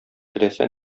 теләсә